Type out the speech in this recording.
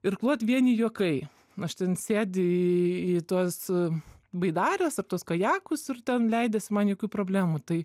irkluot vieni juokai aš ten sėdi į tuos baidares ar tuos kajakus ir ten leidiesi man jokių problemų tai